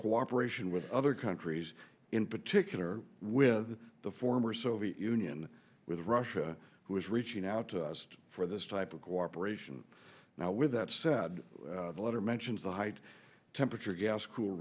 cooperation with other countries in particular with the former soviet union with russia who is reaching out to us for this type of cooperation now with that said the letter mentions the height temperature gas cool